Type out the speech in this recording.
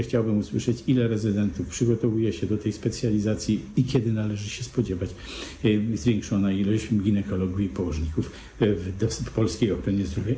Chciałbym usłyszeć, ilu rezydentów przygotowuje się do tej specjalizacji i kiedy należy się spodziewać zwiększonej liczby ginekologów i położników w polskiej ochronie zdrowia.